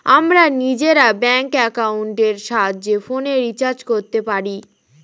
আমরা নিজেরা ব্যাঙ্ক অ্যাকাউন্টের সাহায্যে ফোনের রিচার্জ করতে পারি